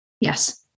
Yes